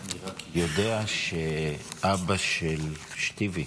אני רק יודע שאבא של שתיוי